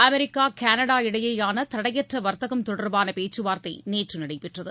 America Canada இடையேயானதடையற்றவர்த்தகம் தொடர்பானபேச்சுவார்த்தைநேற்றுநடைபெற்றது